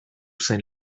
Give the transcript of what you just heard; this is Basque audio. zen